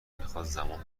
میخواد، زمان